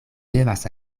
devas